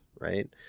right